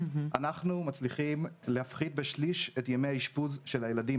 אנחנו מצליחים להפחית בשליש את ימי האשפוז של הילדים.